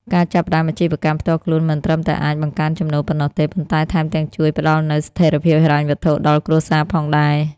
ការចាប់ផ្តើមអាជីវកម្មផ្ទាល់ខ្លួនមិនត្រឹមតែអាចបង្កើនចំណូលប៉ុណ្ណោះទេ ប៉ុន្តែថែមទាំងជួយផ្តល់នូវ ស្ថិរភាពហិរញ្ញវត្ថុ ដល់គ្រួសារផងដែរ។